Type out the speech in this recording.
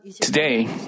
Today